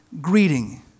greeting